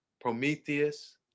Prometheus